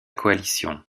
coalition